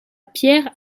pierre